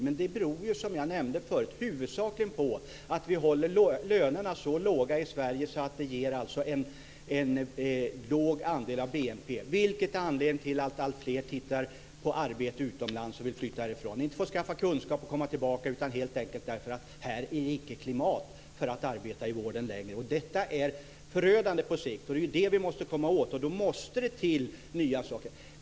Men det beror ju, som jag nämnde förut, huvudsakligen på att vi håller lönerna så låga i Sverige att det ger en låg andel av BNP. Detta är anledningen till att alltfler tittar på arbete utomlands och vill flytta härifrån - inte för att skaffa kunskap och komma tillbaka, utan helt enkelt därför att här är det icke klimat för att arbeta i vården längre. Detta är förödande på sikt, och vi måste komma åt det. Då måste det till nya saker.